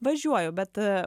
važiuoju bet